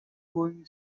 going